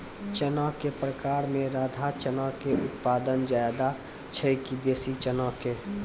चना के प्रकार मे राधा चना के उत्पादन ज्यादा छै कि देसी चना के?